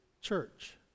church